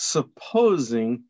Supposing